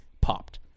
popped